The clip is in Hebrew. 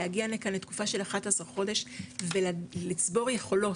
להגיע לכאן לתקופה של 11 חודש ולצבור יכולות,